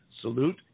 salute